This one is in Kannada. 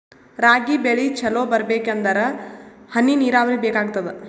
ರಾಗಿ ಬೆಳಿ ಚಲೋ ಬರಬೇಕಂದರ ಹನಿ ನೀರಾವರಿ ಬೇಕಾಗತದ?